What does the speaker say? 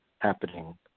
happening